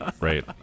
Right